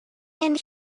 and